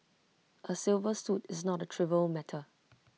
A civil suit is not A trivial matter